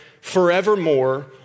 forevermore